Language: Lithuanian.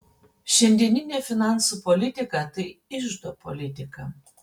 šiandieninė finansų politika tai iždo politika